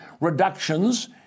reductions